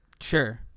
Sure